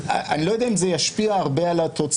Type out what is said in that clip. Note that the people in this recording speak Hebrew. אני לא יודע אם זה ישפיע הרבה על התוצאה.